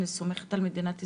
אני סומכת על מדינת ישראל.